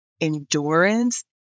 endurance